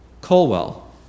Colwell